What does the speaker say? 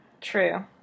True